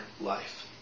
life